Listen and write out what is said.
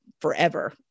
forever